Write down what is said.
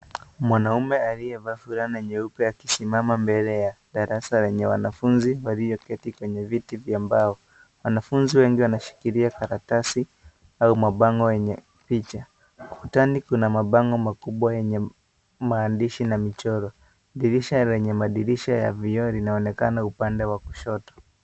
Mwanaume aliyevaa vulana nyeupe, akisimama mbele ya darasa lenye wanafunzi, walioketi kwenye viti vya mbao. Wanafunzi wengi, wanashikilia kalatasi au mabango yenye picha. Ukutani kuna mabango makubwa yenye maandishi na michoro. Dirisha lenye madirisha ya vioo, linaonekana upande wa kushoto.